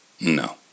No